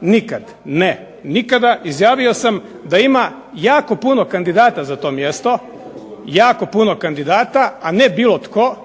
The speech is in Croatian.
Nikad, ne! Nikada, izjavio sam da ima jako puno kandidata za to mjesto, a ne bilo tko.